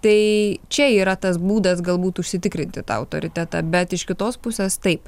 tai čia yra tas būdas galbūt užsitikrinti tą autoritetą bet iš kitos pusės taip